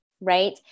right